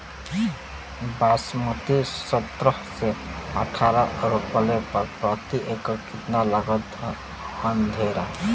बासमती सत्रह से अठारह रोपले पर प्रति एकड़ कितना लागत अंधेरा?